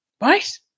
Right